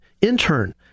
intern